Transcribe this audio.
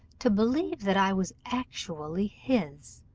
to believe that i was actually his,